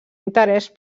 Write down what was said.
interès